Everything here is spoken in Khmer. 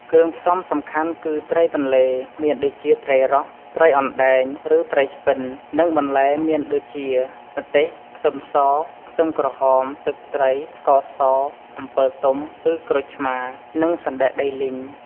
គ្រឿងផ្សំសំខាន់គឺ ត្រីទន្លេ មានដូចជាត្រីរ៉ស់ ត្រីអណ្ដែង ឬត្រីឆ្ពិន និងបន្លែមានដូចជា ម្ទេស ខ្ទឹមស ខ្ទឹមក្រហម ទឹកត្រី ស្ករស អំពិលទុំឬក្រូចឆ្មារ និងសណ្ដែកដីលីង។